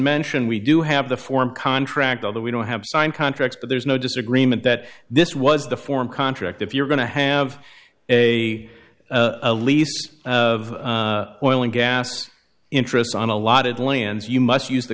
mentioned we do have the form contract although we don't have signed contracts but there's no disagreement that this was the form contract if you're going to have a lease of oil and gas interests on a lot it lands you must use the